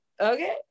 Okay